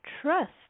trust